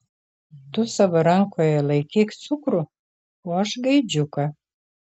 tu savo rankoje laikyk cukrų o aš gaidžiuką